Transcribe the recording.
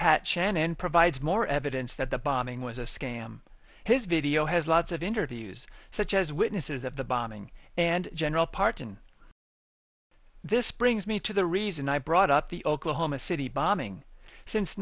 pat shannon provides more evidence that the bombing was a scam his video has lots of interviews such as witnesses of the bombing and general pardon this brings me to the reason i brought up the oklahoma city bombing since